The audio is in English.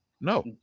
No